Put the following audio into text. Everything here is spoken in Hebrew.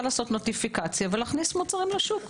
לעשות נוטיפיקציה ולהכניס מוצרים לשוק.